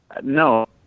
No